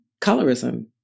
colorism